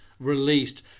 released